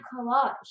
collage